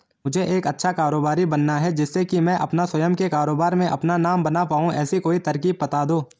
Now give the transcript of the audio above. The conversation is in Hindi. मुझे एक अच्छा कारोबारी बनना है जिससे कि मैं अपना स्वयं के कारोबार में अपना नाम बना पाऊं ऐसी कोई तरकीब पता दो?